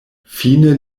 fine